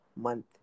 month